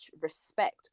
respect